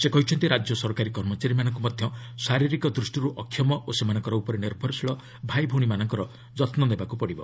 ସେ କହିଛନ୍ତି ରାଜ୍ୟ ସରକାରୀ କର୍ମଚାରୀମାନଙ୍କୁ ମଧ୍ୟ ଶାରୀରିକ ଦୃଷ୍ଟିରୁ ଅକ୍ଷମ ଓ ସେମାନଙ୍କ ଉପରେ ନିର୍ଭରଶୀଳ ଭାଇ ଭଉଣୀମାନଙ୍କର ଯତ୍ନ ନେବାକୁ ପଡ଼ିବ